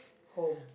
home